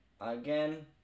Again